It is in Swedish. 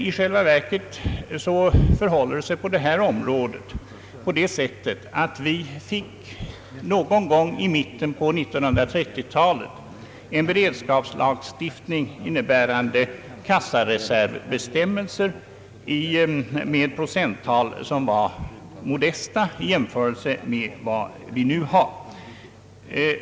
I själva verket fick vi någon gång i miten på 1930-talet en beredskapslagstiftning innebärande kassareservbestämmelser med procenttal som var modesta i jämförelse med dem vi nu har.